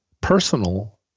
personal